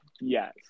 Yes